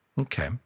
Okay